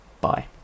Bye